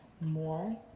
more